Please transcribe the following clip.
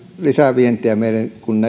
lisävientiä meille kun